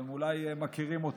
אתם אולי מכירים אותם,